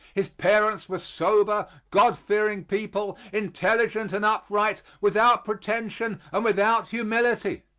his parents were sober, god-fearing people intelligent and upright, without pretension and without humility.